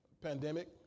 pandemic